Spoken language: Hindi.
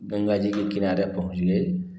गंगा जी के किनारे पहुँच गए